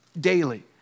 daily